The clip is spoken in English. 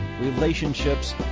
relationships